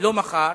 לא מחר,